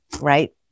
right